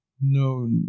No